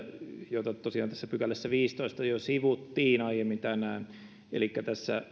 jota tosiaan tässä pykälässä viisitoista jo sivuttiin aiemmin tänään elikkä